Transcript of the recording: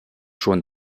schon